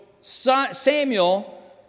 Samuel